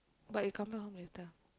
but you come home later